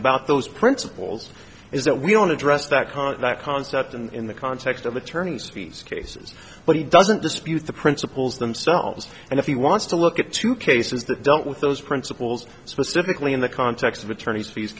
about those principles is that we don't address that contract concept in the context of attorneys fees cases but he doesn't dispute the principles themselves and if he wants to look at two cases that dealt with those principles specifically in the context of attorney's fees